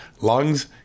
lungs